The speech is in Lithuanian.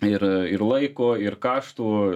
ir ir laiko ir kaštų